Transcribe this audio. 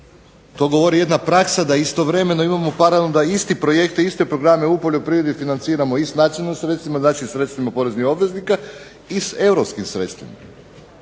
to govori jedna praksa da istovremeno imamo paralelno da iste projekte i iste programe u poljoprivredi financiramo i s nacionalnim sredstvima, znači sredstvima poreznih obveznika, i s europskim sredstvima.